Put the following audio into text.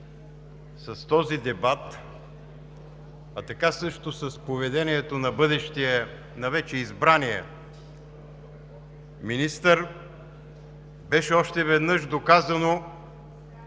с този дебат, а така също с поведението на бъдещия, на вече избрания министър, беше още веднъж доказано,